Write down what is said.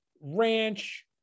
ranch